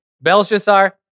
Belshazzar